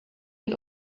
had